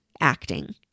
acting